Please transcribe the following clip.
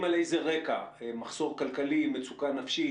מחסור כלכלי, מצוקה נפשית?